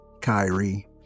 Kyrie